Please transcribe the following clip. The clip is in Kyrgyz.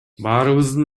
баарыбыздын